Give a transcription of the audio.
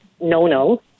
no-no